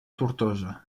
tortosa